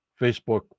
Facebook